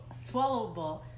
swallowable